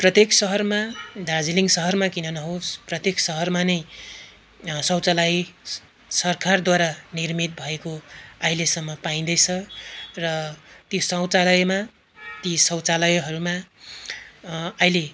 प्रत्येक सहरमा दार्जिलिङ सहरमा किन नहोस् प्रत्येक सहरमा नै शौचालय सरकारद्वारा निर्मित भएको अहिलेसम्म पाइँदैछ र त्यो शौचालयमा ती शौचालयहरूमा अहिले